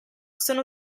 sono